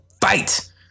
FIGHT